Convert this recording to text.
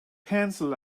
pencil